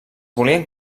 volien